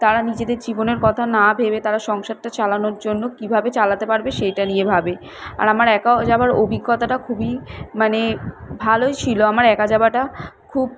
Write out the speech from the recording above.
তারা নিজেদের জীবনের কথা না ভেবে তারা সংসারটা চালানোর জন্য কীভাবে চালাতে পারবে সেটা নিয়ে ভাবে আর আমার একা যাওয়ার অভিজ্ঞতাটা খুবই মানে ভালোই ছিল আমার একা যাওয়াটা খুব